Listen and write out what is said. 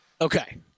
Okay